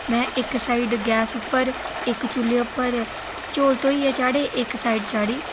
में इक side gas उप्पर इक चुल्ले उप्पर चौल धोइयै चाढ़े इक साइड चाढ़ी